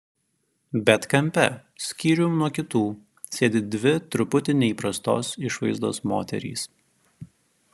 bet kampe skyrium nuo kitų sėdi dvi truputį neįprastos išvaizdos moterys